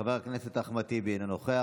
חבר הכנסת אחמד טיבי, אינו נוכח.